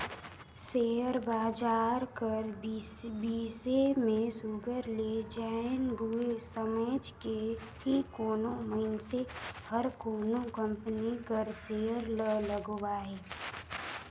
share बजार कर बिसे में सुग्घर ले जाएन समुझ के ही कोनो मइनसे हर कोनो कंपनी कर सेयर ल लगवाए